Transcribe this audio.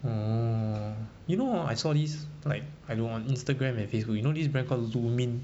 oh you know hor I saw this like I know on instagram and facebook you know this brand call Lumin